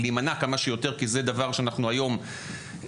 להימנע כמה שיותר כי זה דבר שאנחנו היום עושים